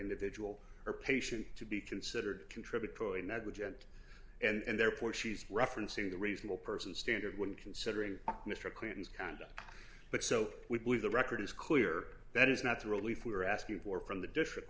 individual or patient to be considered contributory negligent and therefore she's referencing the reasonable person standard when considering mr clinton's conduct but so we believe the record is clear that is not the relief we are asking for from the different